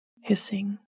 hissing